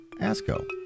ASCO